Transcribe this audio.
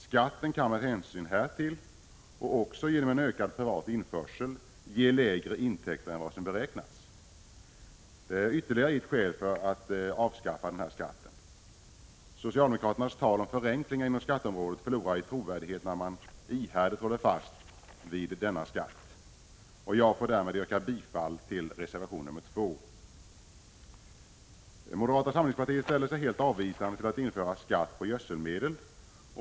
Skatten kan med hänsyn härtill, och genom en ökad privat införsel, ge lägre intäkter än vad som har beräknats. Det är ytterligare ett skäl för att avskaffa kassettskatten. Socialdemokraternas tal om förenklingar inom skatteområdet förlorar i trovärdighet när man ihärdigt håller fast vid kassettskatten. Jag får därmed yrka bifall till reservation nr 2. Moderata samlingspartiet ställde sig helt avvisande till förslaget att införa en avgift på gödselmedel.